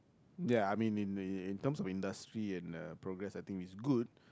ya I mean in in in terms of industry and uh progress I think it's good